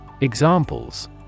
Examples